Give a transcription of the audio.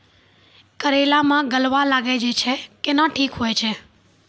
करेला मे गलवा लागी जे छ कैनो ठीक हुई छै?